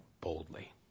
boldly